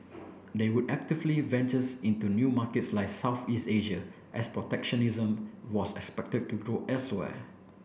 they would actively ventures into new markets like Southeast Asia as protectionism was expected to grow elsewhere